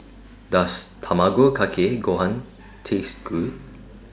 Does Tamago Kake Gohan Taste Good